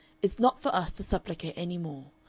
it's not for us to supplicate any more.